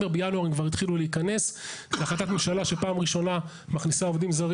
אז אנחנו חוזרים לגישה שאומרת ייעודי רק לחברה